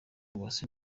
uwase